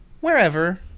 wherever